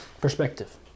Perspective